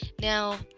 now